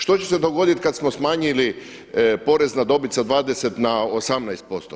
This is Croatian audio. Što će se dogoditi kad smo smanjili porez na dobit sa 20 na 18%